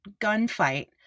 gunfight